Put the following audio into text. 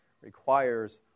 requires